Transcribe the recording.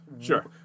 Sure